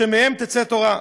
שמהם תצא תורה.